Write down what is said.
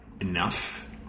enough